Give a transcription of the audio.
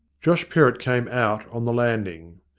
josh perrott came out on the landing.